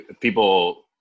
people